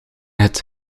het